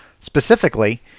Specifically